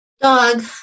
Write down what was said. Dog